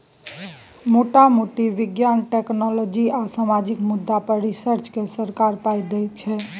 मोटा मोटी बिज्ञान, टेक्नोलॉजी आ सामाजिक मुद्दा पर रिसर्च केँ सरकार पाइ दैत छै